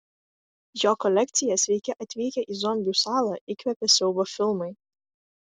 jo kolekciją sveiki atvykę į zombių salą įkvėpė siaubo filmai